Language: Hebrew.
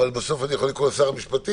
אבל בסוף אני יכול לקרוא לשר המשפטים